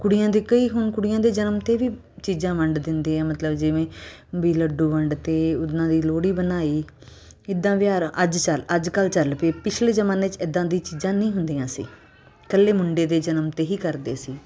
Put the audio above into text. ਕੁੜੀਆਂ ਦੇ ਕਈ ਹੁਣ ਕੁੜੀਆਂ ਦੇ ਜਨਮ 'ਤੇ ਵੀ ਚੀਜ਼ਾਂ ਵੰਡ ਦਿੰਦੇ ਆ ਮਤਲਬ ਜਿਵੇਂ ਵੀ ਲੱਡੂ ਵੰਡਤੇ ਉਹਨਾਂ ਦੀ ਲੋਹੜੀ ਬਣਾਈ ਕਿੱਦਾਂ ਵਿਹਾਰ ਅੱਜ ਚਲ ਅੱਜ ਕੱਲ੍ਹ ਚੱਲ ਪਏ ਪਿਛਲੇ ਜ਼ਮਾਨੇ 'ਚ ਇੱਦਾਂ ਦੀ ਚੀਜ਼ਾਂ ਨਹੀਂ ਹੁੰਦੀਆਂ ਸੀ ਇਕੱਲੇ ਮੁੰਡੇ ਦੇ ਜਨਮ 'ਤੇ ਹੀ ਕਰਦੇ ਸੀ